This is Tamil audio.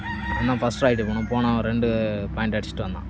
அவன்தான் ஃபஸ்ட் ரைட் போனான் போனவன் ரெண்டு பாய்ண்ட் அடிச்சுட்டு வந்தான்